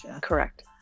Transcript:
Correct